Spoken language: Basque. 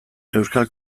euskal